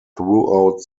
throughout